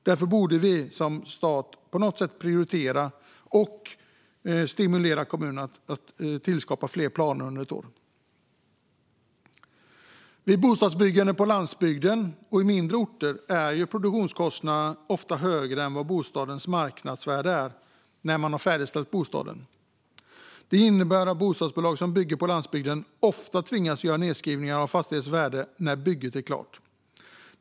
Därför borde vi som stat på något sätt prioritera och stimulera kommunerna att tillskapa fler planer under ett år. Vid bostadsbyggande på landsbygden och i mindre orter är produktionskostnaderna ofta högre än bostadens marknadsvärde när bostaden är färdigställd. Det innebär att bostadsbolag som bygger på landsbygden ofta tvingas göra en nedskrivning av fastighetens värde när bygget är klart.